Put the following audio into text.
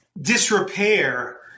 disrepair